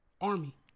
Army